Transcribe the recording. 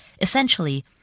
Essentially